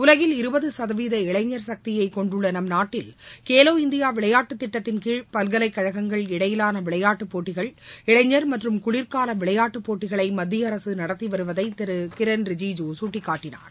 உலகில் இருபது சதவீத இளைஞர் சக்தியை கொண்டுள்ள நம் நாட்டில் கேலோ இந்தியா விளையாட்டுத் திட்டத்தின்கீழ் பல்கலைக் கழகங்ககள் இடையிலான விளையாட்டுப் போட்டிகள் இளைஞர் மற்றும் குளிர்கால விளையாட்டுப் போட்டிகளை மத்திய அரசு நடத்தி வருவதை திரு கிரண் ரிஜிஜு சுட்டிக்காட்டினார்